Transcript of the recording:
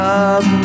up